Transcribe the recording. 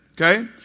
okay